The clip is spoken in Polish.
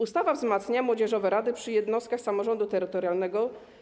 Ustawa wzmacnia młodzieżowe rady przy jednostkach samorządu terytorialnego.